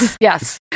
Yes